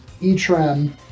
e-trem